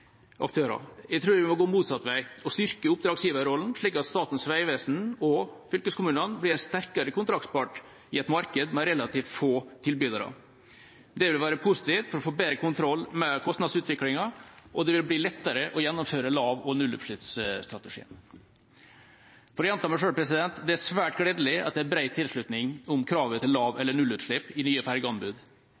Jeg tror vi må gå motsatt vei og styrke oppdragsgiverrollen, slik at Statens vegvesen og fylkeskommunene blir en sterkere kontraktspart i et marked med relativt få tilbydere. Det vil være positivt for å få bedre kontroll med kostnadsutviklingen, og det vil bli lettere å gjennomføre lav- og nullutslippsstrategier. For å gjenta meg selv: Det er svært gledelig at det er bred tilslutning om kravet til lav- eller nullutslipp i nye fergeanbud.